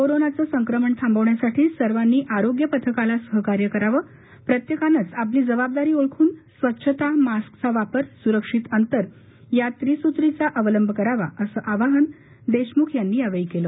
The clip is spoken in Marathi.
कोरोनाचं संक्रमण थांबवण्यासाठी सर्वांनी आरोग्य पथकाला सहाकार्य करावं प्रत्येकानंच आपली जबाबदारी ओळखून स्वच्छता मास्कचा वापर सुरक्षित अंतर या त्रिसूत्रीचा अवलंब करावा असे आवाहन देशमुख यांनी यावेळी केलं